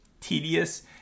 tedious